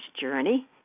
journey